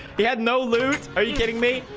he had no loot are you kidding me?